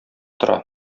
тора